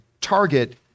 target